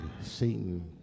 Satan